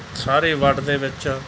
ਸਾਰੇ ਵਰਡ ਦੇ ਵਿੱਚ